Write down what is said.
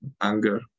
anger